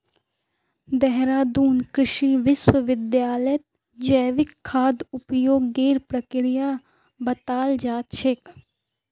देहरादून कृषि विश्वविद्यालयत जैविक खाद उपयोगेर प्रक्रिया बताल जा छेक